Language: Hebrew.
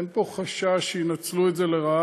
אין פה חשש שינצלו את זה לרעה.